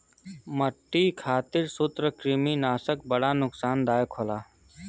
मट्टी खातिर सूत्रकृमिनाशक बड़ा नुकसानदायक होला